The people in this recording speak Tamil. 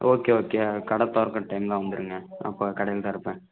ஓகே ஓகே கடை திறக்குற டைம் தான் வந்துடுங்க அப்போ கடையில் தான் இருப்பேன்